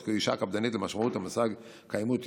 תוך גישה קפדנית למשמעות המושג קיימות,